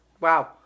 wow